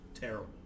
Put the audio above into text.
terrible